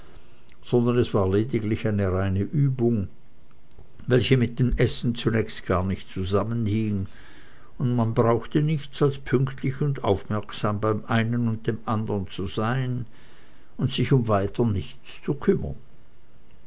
sondern es war lediglich eine reine übung welche mit dem essen zunächst gar nicht zusammenhing und man brauchte nichts als pünktlich und aufmerksam beim einen und dem andern zu sein und sich um weiter nichts zu kümmern